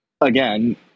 again